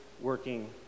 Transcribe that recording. working